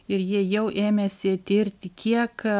ir jie jau ėmėsi tirti kiek